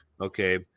Okay